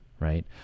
right